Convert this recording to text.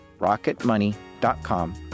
Rocketmoney.com